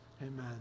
amen